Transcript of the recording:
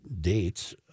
dates